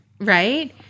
Right